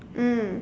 mm